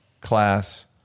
class